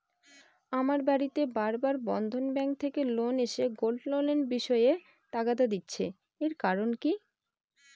আমার বাড়িতে বার বার বন্ধন ব্যাংক থেকে লোক এসে গোল্ড লোনের বিষয়ে তাগাদা দিচ্ছে এর কারণ কি?